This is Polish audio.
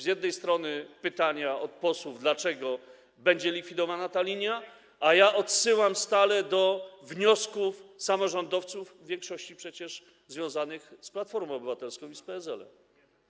Z jednej strony są pytania od posłów, dlaczego będzie likwidowana ta linia, a ja odsyłam stale do wniosków samorządowców, w większości przecież związanych z Platformą Obywatelską i z PSL-em.